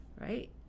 right